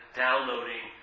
downloading